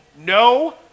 no